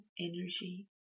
energy